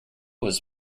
was